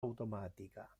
automatica